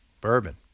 bourbon